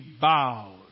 bowed